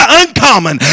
uncommon